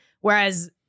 Whereas